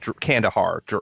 Kandahar